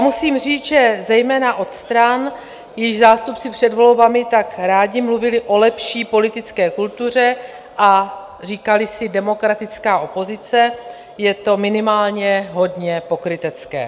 Musím říct, že zejména od stran, jejichž zástupci před volbami tak rádi mluvili o lepší politické kultuře a říkali si demokratická opozice, je to minimálně hodně pokrytecké.